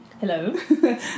Hello